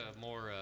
more